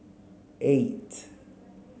eight